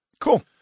Cool